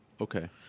Okay